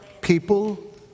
people